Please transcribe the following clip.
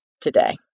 today